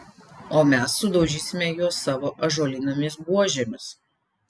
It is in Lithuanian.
o mes sudaužysime juos savo ąžuolinėmis buožėmis